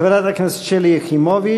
חברת הכנסת שלי יחימוביץ,